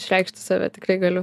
išreikšti save tikrai galiu